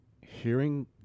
hearing